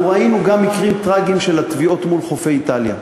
אנחנו ראינו גם מקרים טרגיים של הטביעות מול חופי איטליה.